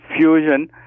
Fusion